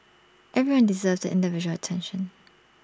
everyone deserves the individual attention